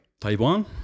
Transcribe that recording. Taiwan